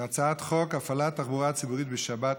להצעת חוק הפעלת תחבורה ציבורית בשבת,